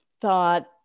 thought